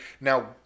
now